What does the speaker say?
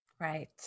Right